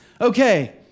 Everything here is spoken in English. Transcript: okay